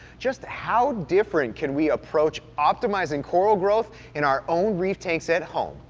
just how different can we approach optimizing coral growth in our own reef tanks at home.